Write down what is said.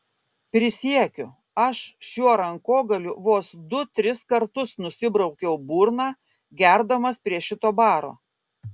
prisiekiu aš šiuo rankogaliu vos du tris kartus nusibraukiau burną gerdamas prie šito baro